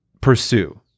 pursue